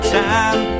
time